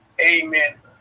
Amen